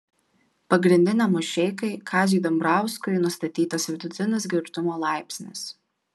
pagrindiniam mušeikai kaziui dambrauskui nustatytas vidutinis girtumo laipsnis